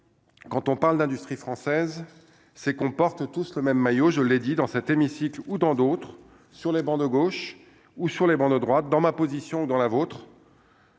quand on parle d'industrie française c'est qu'on porte tous le même maillot, je l'ai dit dans cet hémicycle, ou dans d'autres, sur les bancs de gauche ou sur les bancs de droite dans ma position dans la vôtre.